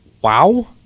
wow